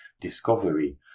discovery